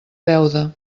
beuda